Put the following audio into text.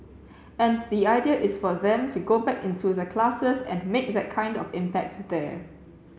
and the idea is for them to go back into the classes and make that kind of impact there